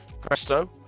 presto